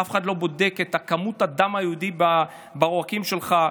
אף אחד לא בודק את כמות הדם היהודי בעורקים שלך.